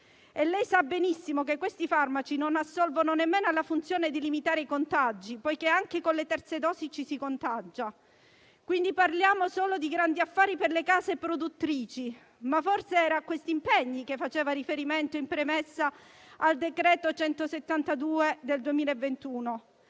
e lei sa benissimo che questi farmaci non assolvono nemmeno alla funzione di limitare i contagi, poiché anche con le terze dosi ci si contagia. Parliamo quindi solo di grandi affari per le case produttrici, ma forse era a questi impegni che faceva riferimento in premessa al decreto-legge n. 172 del 2021;